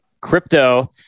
crypto